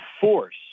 force